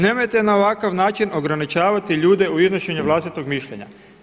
Nemojte na ovakav način ograničavati ljude u iznošenju vlastitog mišljenja.